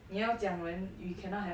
你要讲人 you cannot have